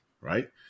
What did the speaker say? right